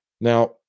Now